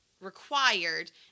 required